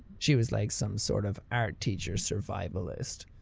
she was like some sort of art teacher survivalist.